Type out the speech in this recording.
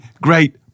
great